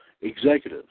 executive